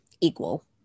equal